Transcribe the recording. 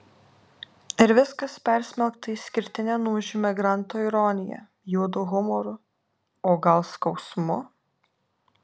ir viskas persmelkta išskirtine nuožmia granto ironija juodu humoru o gal skausmu